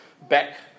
back